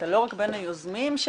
אתה לא רק בין היוזמים שלה,